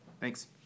Thanks